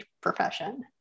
profession